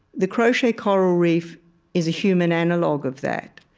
the crochet coral reef is a human analog of that.